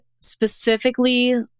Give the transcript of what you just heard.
specifically